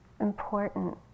important